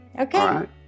okay